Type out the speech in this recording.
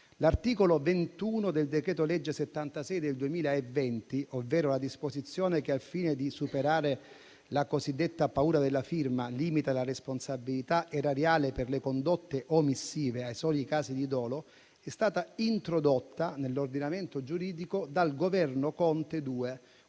L'articolo 21 del decreto-legge n. 76 del 2020, ovvero la disposizione che, al fine di superare la cosiddetta paura della firma, limita la responsabilità erariale per le condotte omissive ai soli casi di dolo, è stata introdotta nell'ordinamento giuridico dal secondo Governo Conte